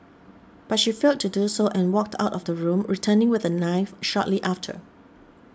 but she failed to do so and walked out of the room returning with a knife shortly after